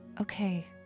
Okay